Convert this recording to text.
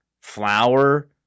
Flour